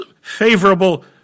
favorable